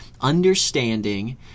understanding